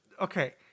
Okay